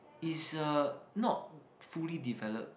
it's a not fully developed